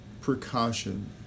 precaution